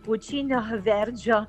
pučinio verdžio